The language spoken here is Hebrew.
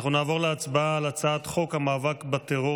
אנחנו נעבור להצבעה על הצעת חוק המאבק בטרור